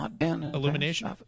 illumination